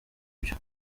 byo